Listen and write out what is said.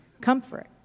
comfort